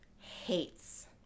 hates